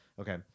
Okay